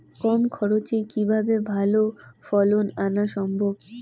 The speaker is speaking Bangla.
কম খরচে কিভাবে ভালো ফলন আনা সম্ভব?